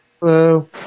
Hello